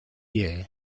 year